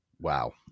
wow